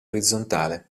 orizzontale